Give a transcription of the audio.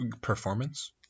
performance